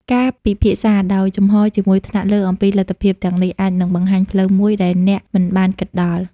ការពិភាក្សាដោយចំហរជាមួយថ្នាក់លើអំពីលទ្ធភាពទាំងនេះ អាចនឹងបង្ហាញផ្លូវមួយដែលអ្នកមិនបានគិតដល់។